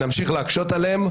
נמשיך להקשות עליהם,